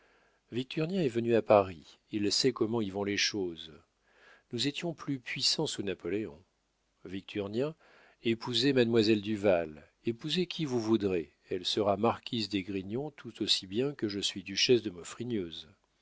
est venu à paris il sait comment y vont les choses nous étions plus puissants sous napoléon victurnien épousez mademoiselle duval épousez qui vous voudrez elle sera marquise d'esgrignon tout aussi bien que je suis duchesse de